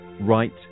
right